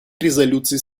резолюций